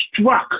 struck